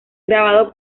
grabado